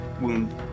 wound